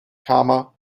comma